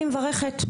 אני מברכת.